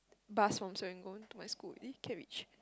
bus from Serangoon to my school is it Kent-Ridge